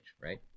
right